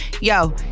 yo